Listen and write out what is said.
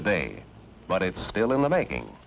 today but it's still in the making